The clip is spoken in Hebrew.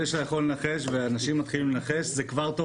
זה שאתה יכול לנחש ואנשים מתחילים לנחש זה כבר טוב,